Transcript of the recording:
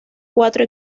cuatro